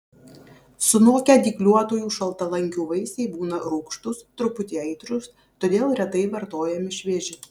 sunokę dygliuotųjų šaltalankių vaisiai būna rūgštūs truputį aitrūs todėl retai vartojami švieži